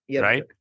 right